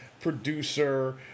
producer